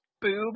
Boob